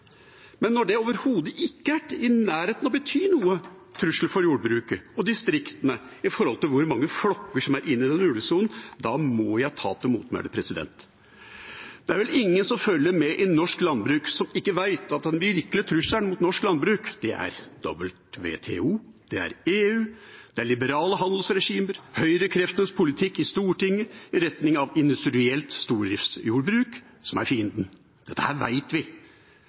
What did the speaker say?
Men når det overhodet ikke er i nærheten av å bety noen trussel for jordbruket og distriktene hvor mange flokker som er inne i ulvesonen, må jeg ta til motmæle. Det er vel ingen som følger med i norsk landbruk, som ikke vet at den virkelige trusselen mot norsk landbruk er WTO, det er EU, det er liberale handelsregimer, høyrekreftenes politikk i Stortinget i retning av industrielt stordriftsjordbruk – det er det som er fienden. Dette vet vi.